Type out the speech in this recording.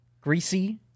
Greasy